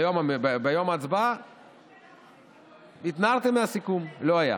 ביום ההצבעה התנערתם מהסיכום, לא היה.